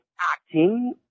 acting